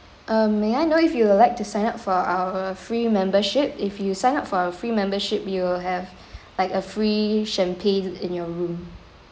uh may I know if you would like to sign up for our free membership if you sign up for a free membership you'll have like a free champagne in your room